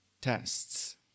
tests